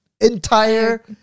entire